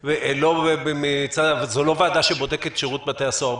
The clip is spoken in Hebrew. זו לא ועדה שבודקת את שירות בתי הסוהר בכלל,